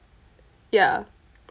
ya